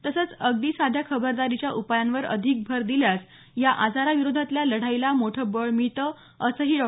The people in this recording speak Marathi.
तसंच अगदी साध्या खबरदारीच्या उपायांवर अधिक भर दिल्यास या आजाराविरोधातल्या लढाईला मोठं बळ मिळतं असंही डॉ